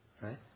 right